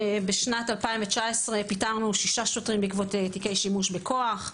בשנת 2019 פיטרנו שישה שוטרים בעקבות תיקי שימוש בכוח,